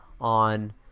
on